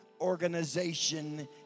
organization